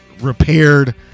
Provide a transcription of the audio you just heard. repaired